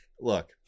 look